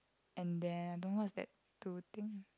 and then I don't know what's that two thing